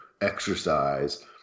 exercise